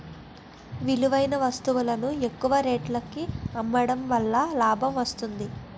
విలువైన వస్తువులను ఎక్కువ రేటుకి అమ్మడం వలన లాభం వస్తుంది